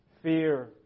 Fear